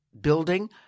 building